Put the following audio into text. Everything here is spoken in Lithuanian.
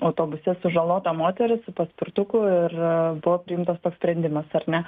autobuse sužalota moteris su paspirtuku ir buvo priimtas toks sprendimas ar ne